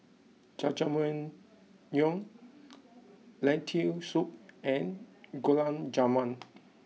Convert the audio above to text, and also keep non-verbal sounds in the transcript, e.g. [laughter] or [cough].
Jajangmyeon [noise] Lentil Soup and Gulab Jamun